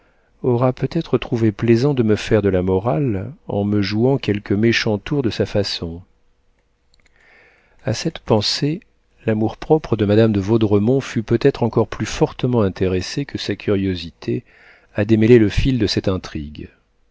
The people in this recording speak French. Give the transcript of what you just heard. aura peut-être trouvé plaisant de me faire de la morale en me jouant quelque méchant tour de sa façon a cette pensée l'amour-propre de madame de vaudremont fut peut-être encore plus fortement intéressé que sa curiosité à démêler le fil de cette intrigue